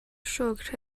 شکر